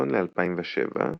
נכון ל-2007,